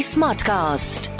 Smartcast